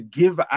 give